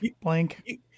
blank